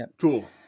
Cool